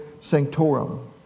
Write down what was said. sanctorum